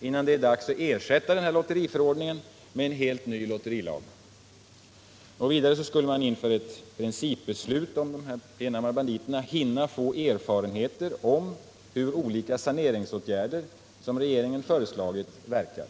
innan det är dags att ersätta lotteriförordningen med en helt ny lotterilag. Vidare skulle man inför ett principbeslut om de enarmade banditerna hinna få erfarenheter av hur olika saneringsåtgärder, som regeringen föreslagit, verkar.